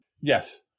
Yes